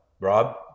Rob